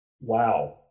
Wow